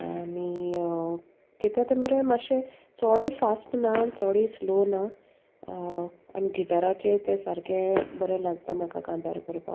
आनी कित्या तें मरे मातशें चोडूय फास्ट ना चोडूय स्लो ना आनी गिटाराचेर तें सारकें बरें लागता म्हाका कांतार कोरपाक